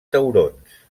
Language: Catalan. taurons